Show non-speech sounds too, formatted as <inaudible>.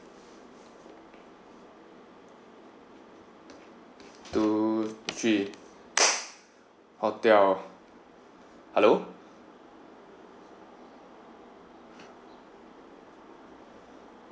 two three <noise> hotel hello